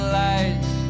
lights